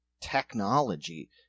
technology